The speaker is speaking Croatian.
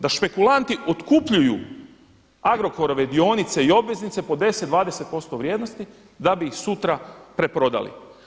Da špekulanti otkupljuju Agrokorove dionice i obveznice po 10, 20% vrijednosti da bi ih sutra preprodali.